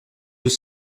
deux